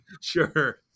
Sure